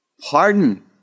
pardon